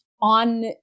on